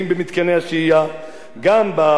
גם בבדיקה הביומטרית,